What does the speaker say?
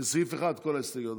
כל ההסתייגויות לסעיף 1, נכון?